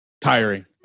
tiring